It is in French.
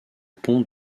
pont